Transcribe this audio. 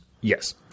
Yes